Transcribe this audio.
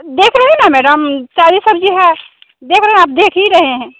देख रहे हैं न मैडम ताजी सब्जी है देख रहे हो आप देख ही रहें हैं